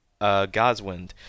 Goswind